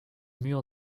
murs